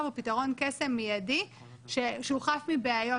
הוא פתרון קסם מיידי שהוא חף מבעיות,